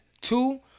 Two